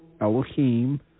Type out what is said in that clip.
Elohim